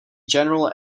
general